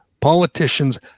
politicians